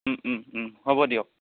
হ'ব দিয়ক